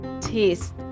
taste